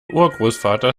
urgroßvater